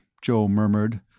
joe murmured.